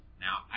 Now